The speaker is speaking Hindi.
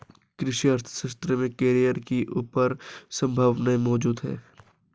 कृषि अर्थशास्त्र में करियर की अपार संभावनाएं मौजूद है